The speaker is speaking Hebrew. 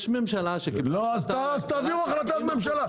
יש ממשלה שקיבלה החלטה --- אז תביאו החלטת ממשלה.